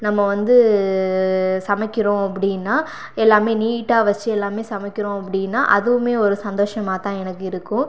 நம்ம வந்து சமைக்கிறோம் அப்படின்னா எல்லாமே நீட்டாக வச்சு எல்லாமே சமைக்கிறோம் அப்படின்னா அதுவுமே ஒரு சந்தோசமாக தான் எனக்கு இருக்கும்